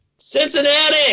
Cincinnati